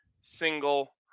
single